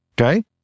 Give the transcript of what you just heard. Okay